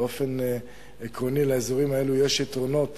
באופן עקרוני, לאזורים האלה יש יתרונות